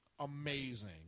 amazing